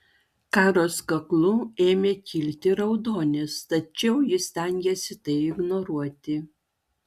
karos kaklu ėmė kilti raudonis tačiau ji stengėsi tai ignoruoti